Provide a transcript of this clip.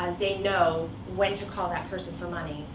and they know when to call that person for money.